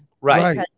Right